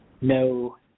no